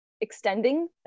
extending